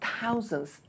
thousands